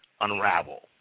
unravel